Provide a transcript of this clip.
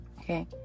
Okay